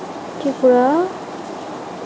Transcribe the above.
Tripura